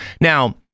Now